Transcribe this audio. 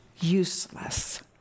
useless